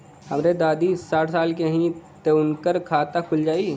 हमरे दादी साढ़ साल क हइ त उनकर खाता खुल जाई?